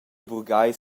burgheis